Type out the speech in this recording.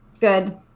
Good